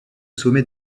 sommet